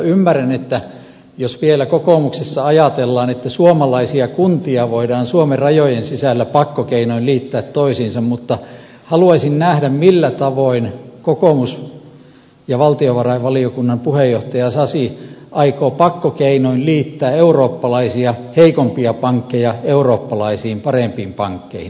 ymmärrän vielä sen jos kokoomuksessa ajatellaan että suomalaisia kuntia voidaan suomen rajojen sisällä pakkokeinoin liittää toisiinsa mutta haluaisin nähdä millä tavoin kokoomus ja valtiovarainvaliokunnan puheenjohtaja sasi aikovat pakkokeinoin liittää eurooppalaisia heikompia pankkeja eurooppalaisiin parempiin pankkeihin